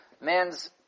man's